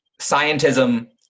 scientism